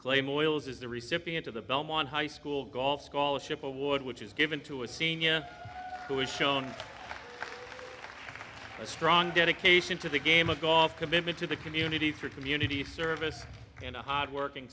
claim oils is the recipient of the belmont high school golf scholarship award which is given to a senior who is shown a strong dedication to the game of golf commitment to the community through community service and a hard working